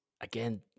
again